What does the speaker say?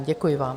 Děkuji vám.